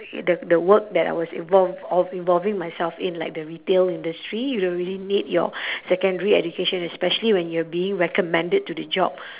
the the work that I was involved of involving myself in like the retail industry you don't really need your secondary education especially when you're being recommended to the job